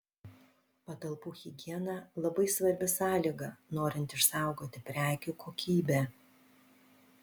patalpų higiena labai svarbi sąlyga norint išsaugoti prekių kokybę